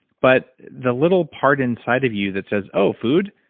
but the little part inside of you that says, oh, food?